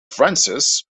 francis